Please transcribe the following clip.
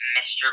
Mr